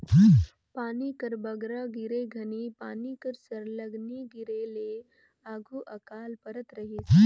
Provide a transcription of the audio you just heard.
पानी कर बगरा गिरई घनी पानी कर सरलग नी गिरे ले आघु अकाल परत रहिस